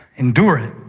endure it,